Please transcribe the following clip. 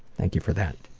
thank you for that.